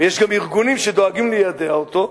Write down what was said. ויש גם ארגונים שדואגים ליידע אותו: